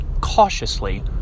cautiously